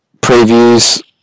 Previews